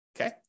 okay